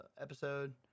episode